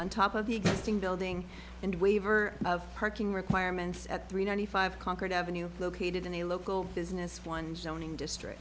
on top of the existing building and waiver of parking requirements at three ninety five concord ave located in the local business one zoning district